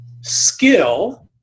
skill